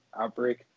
outbreak